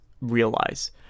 realize